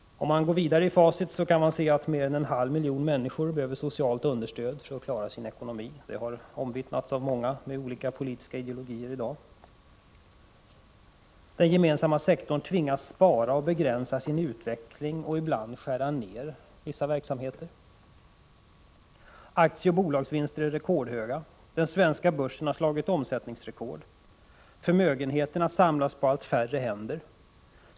Om man läser vidare i facit kan man finna att mer än en halv miljon människor behöver socialt understöd för att klara sin ekonomi. Det har i dag omvittnats av många, med olika politiska ideologier. Den gemensamma sektorn tvingas spara och begränsa sin utveckling och ibland skära ner vissa verksamheter. Aktieoch bolagsvinster är rekordhöga. Den svenska börsen har slagit omsättningsrekord. Förmögenheterna samlas på allt färre händer.